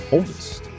Oldest